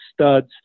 studs